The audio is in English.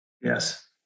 Yes